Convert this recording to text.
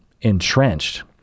entrenched